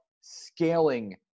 scaling